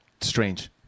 Strange